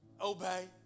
Obey